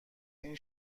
این